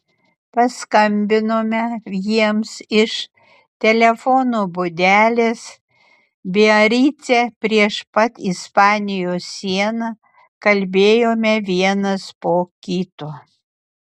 paskambinome jiems iš telefono būdelės biarice prieš pat ispanijos sieną kalbėjome vienas po kito